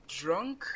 drunk